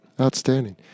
Outstanding